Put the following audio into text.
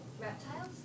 Reptiles